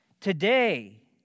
Today